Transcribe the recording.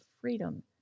freedom